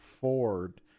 Ford